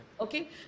Okay